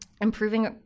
improving